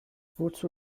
wozu